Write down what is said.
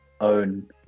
own